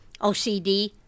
OCD